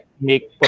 make